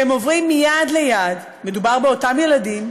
שהם עוברים מיד ליד, ומדובר באותם ילדים.